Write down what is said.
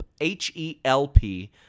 H-E-L-P